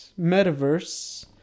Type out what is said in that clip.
metaverse